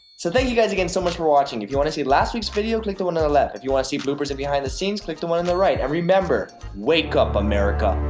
so thank you guys again so much for watching. if you want to see last week's video, click the one on the left. if you want to see bloopers and behind-the-scenes, click the one on the right. and remember. wake up, america!